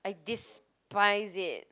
I despise it